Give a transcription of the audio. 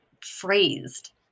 phrased